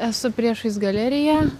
esu priešais galeriją